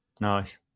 Nice